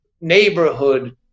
neighborhood